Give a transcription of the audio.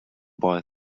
boy